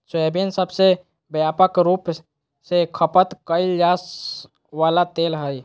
soybean सबसे व्यापक रूप से खपत कइल जा वला तेल हइ